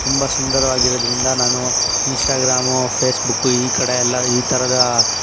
ತುಂಬ ಸುಂದರವಾಗಿರೋದ್ರಿಂದ ನಾನು ಇನ್ಸ್ಟಾಗ್ರಾಮು ಪೇಸ್ಬುಕ್ಕು ಈ ಕಡೆಯೆಲ್ಲ ಈ ಥರದ